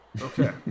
Okay